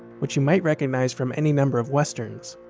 which you might recognize from any number of westerns.